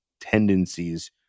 tendencies